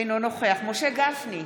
אינו נוכח משה גפני,